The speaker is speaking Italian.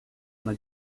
una